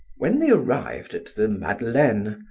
when they arrived at the madeleine,